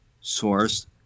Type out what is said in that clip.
source